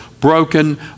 Broken